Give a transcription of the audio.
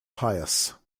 pious